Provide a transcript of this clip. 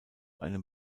einem